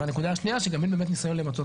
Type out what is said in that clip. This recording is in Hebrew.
הנקודה השנייה שגם אין באמת ניסיון למצות